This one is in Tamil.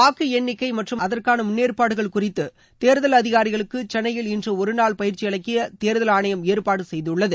வாக்கு எண்ணிக்கை மற்றும் அதற்கான முன்னேற்பாடுகள் குறித்து தேர்தல் அதிகாரிகளுக்கு சென்னையில் இன்று ஒருநாள் பயிற்சி அளிக்க தேர்தல் ஆணையம் ஏற்பாடு செய்துள்ளது